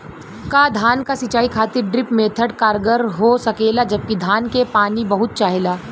का धान क सिंचाई खातिर ड्रिप मेथड कारगर हो सकेला जबकि धान के पानी बहुत चाहेला?